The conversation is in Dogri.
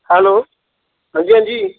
हैलो हां जी हां जी